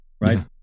right